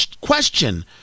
question